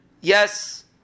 yes